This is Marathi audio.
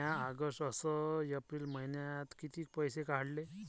म्या ऑगस्ट अस एप्रिल मइन्यात कितीक पैसे काढले?